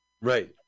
Right